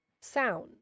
Sound